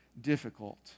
difficult